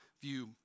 view